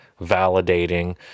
validating